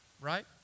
Right